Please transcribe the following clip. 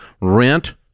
rent